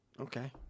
Okay